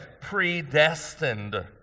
predestined